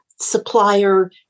supplier